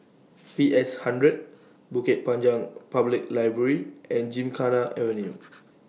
P S hundred Bukit Panjang Public Library and Gymkhana Avenue